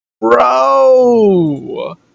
Bro